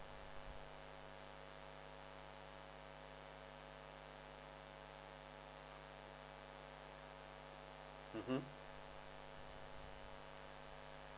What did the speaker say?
mmhmm